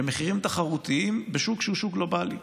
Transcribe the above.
שהם מחירים תחרותיים בשוק שהוא שוק גלובלי.